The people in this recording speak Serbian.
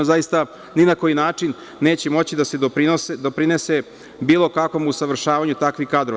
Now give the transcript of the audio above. Zaista, ni na koji način neće moći da se doprinese bilo kakvom usavršavanju takvih kadrova.